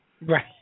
Right